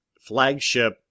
flagship